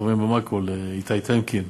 לחברי במקרו, לאיתי טמקין,